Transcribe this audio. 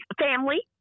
family